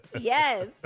Yes